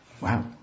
Wow